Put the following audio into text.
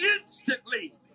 instantly